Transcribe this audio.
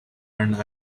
and